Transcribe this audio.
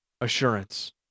assurance